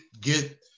get